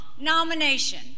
nomination